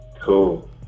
Cool